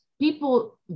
people